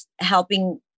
helping